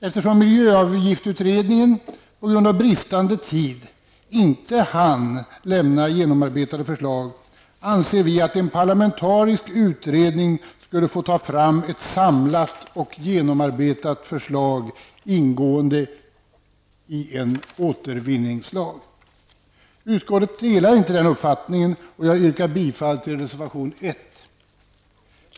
Eftersom miljöavgiftsutredningen på grund av bristande tid inte hann lämna genomarbetade förslag anser vi att en parlamentarisk utredning borde få ta fram ett samlat och genomarbetat förslag, ingående i en återvinningslag. Utskottet delar inte denna uppfattning, och jag yrkar därför bifall till reservation 1.